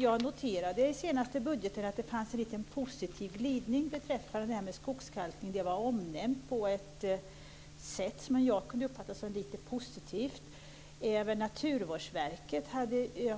Jag noterade i senaste budgeten att det fanns en positiv glidning beträffande skogskalkningen. Den var omnämnd på ett sätt som jag uppfattade som lite positivt. Även Naturvårdsverket